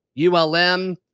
ULM